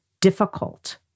difficult